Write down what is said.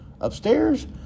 upstairs